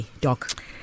doc